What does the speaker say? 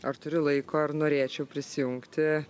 ar turiu laiko ar norėčiau prisijungti